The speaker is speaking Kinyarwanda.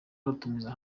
rutumiza